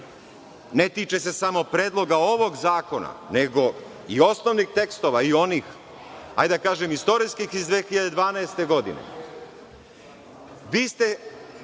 ne tiče se samo predloga ovog zakona, nego i osnovnih tekstova i onih, hajde da kažem, istorijskih iz 2012. godine,